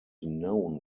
known